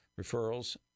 referrals